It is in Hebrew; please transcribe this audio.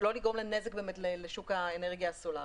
לגרום לנזק לשוק האנרגיה הסולארית.